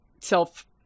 self